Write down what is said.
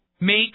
make